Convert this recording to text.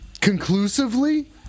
Conclusively